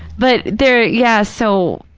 but there, yeah, so,